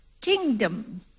kingdom